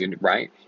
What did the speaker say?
Right